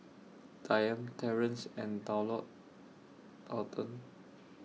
Dayami Terrence and Daulton